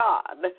God